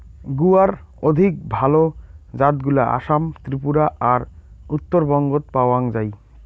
গুয়ার অধিক ভাল জাতগুলা আসাম, ত্রিপুরা আর উত্তরবঙ্গত পাওয়াং যাই